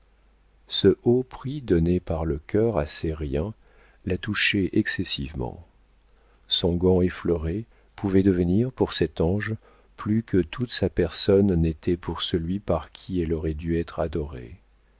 ce haut prix donné par le cœur à ces riens la touchait excessivement son gant effleuré pouvait devenir pour cet ange plus que toute sa personne n'était pour celui par qui elle aurait dû être adorée